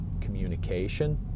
communication